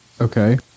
Okay